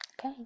okay